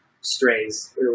strays